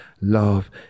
love